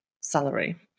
salary